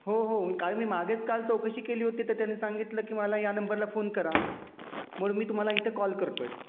हो हो काल मी मागेच काल चौकशी केली होती तर त्यांनी सांगितलं की मला या नंबरला फोन करा म्हणून मी तुम्हाला इथे कॉल करतो आहे